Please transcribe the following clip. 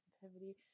sensitivity